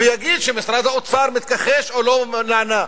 ויגיד שמשרד האוצר מתכחש או לא נענה.